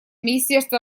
министерство